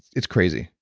it's crazy.